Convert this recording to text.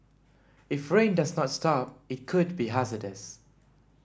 if rain does not stop it could be hazardous